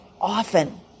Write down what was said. often